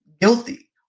guilty